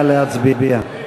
נא להצביע.